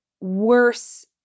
worse